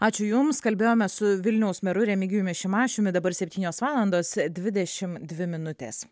ačiū jums kalbėjome su vilniaus meru remigijumi šimašiumi dabar septynios valandos dvidešimt dvi minutės